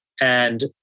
And-